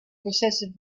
possessive